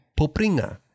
Popringa